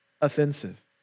offensive